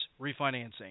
refinancing